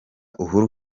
uhuru